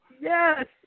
yes